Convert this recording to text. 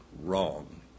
wrong